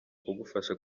kugufasha